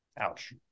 Ouch